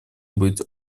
быть